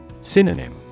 Synonym